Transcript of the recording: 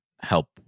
help